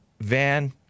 van